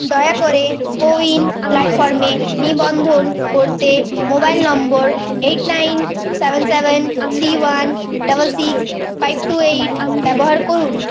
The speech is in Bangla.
দয়া করে কোউইন প্ল্যাটফর্মে নিবন্ধন করতে mobile number eight nine seven seven three one double six five two eight ব্যবহার করুন